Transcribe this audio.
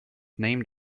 named